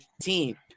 team